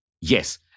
Yes